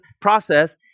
process